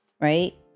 right